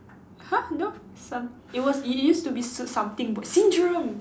!huh! no some it was it used to be s~ something syndrome